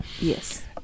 Yes